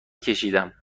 کشیدم